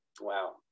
Wow